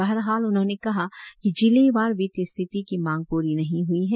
बहरहाल उन्होंने कहा कि जिलेवार वित्तीय स्थिति की मांग पूरी नहीं ह्ई है